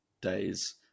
days